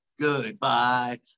goodbye